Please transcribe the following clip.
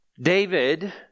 David